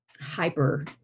hyper